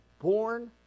born